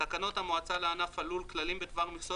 תקנות המועצה לענף הלול (כללים בדבר מכסות